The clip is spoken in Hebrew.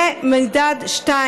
למדד 2?